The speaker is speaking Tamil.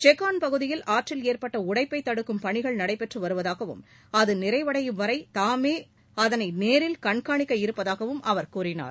செக்காள் பகுதியில் ஆற்றில் ஏற்பட்ட உடைப்பைத் தடுக்கும் பணிகள் நடைபெற்று வருவதாகவும் அது நிறைவடையும் வரை துமே அதனை நேரில் கண்காணிக்க இருப்பதாகவும் அவர் கூறினார்